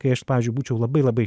kai aš pavyzdžiui būčiau labai labai